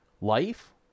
life